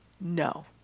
No